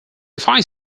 finds